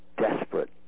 desperate